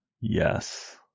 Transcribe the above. Yes